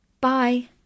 Bye